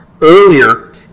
earlier